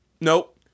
Nope